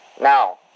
now